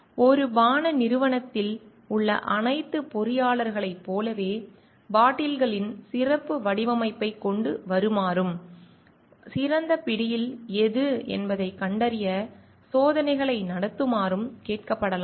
ஒரு பான நிறுவனத்தில் உள்ள அனைத்து பொறியாளர்களைப் போலவே பாட்டில்களின் சிறப்பு வடிவமைப்பைக் கொண்டு வருமாறும் சிறந்த பிடியில் எது என்பதைக் கண்டறிய சோதனைகளை நடத்துமாறும் கேட்கப்படலாம்